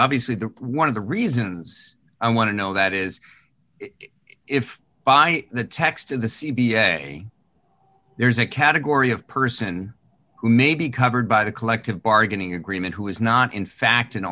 obviously the one of the reasons i want to know that is if by the text of the c b s there's a category of person who may be covered by the collective bargaining agreement who is not in fact an